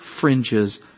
fringes